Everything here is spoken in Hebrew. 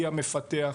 היא המפתח,